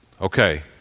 Okay